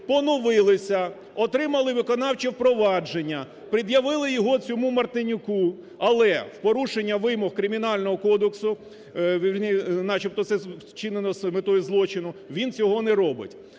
поновилися, отримали виконавче провадження, пред'явили його цьому Мартинюку, але в порушення вимог Кримінального кодексу, начебто це вчинено з метою злочину, він цього не робить.